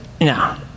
No